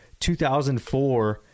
2004